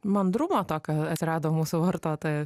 mandrumo tokio atrado mūsų vartotojas